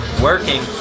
working